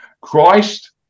Christ